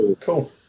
Cool